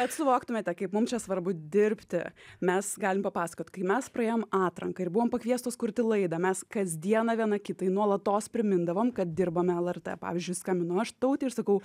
kad suvoktumėte kaip mum čia svarbu dirbti mes galim papasakot kai mes praėjom atranką ir buvom pakviestos kurti laidą mes kasdieną viena kitai nuolatos primindavom kad dirbame lrt pavyzdžiui skambinu aš tautei ir sakau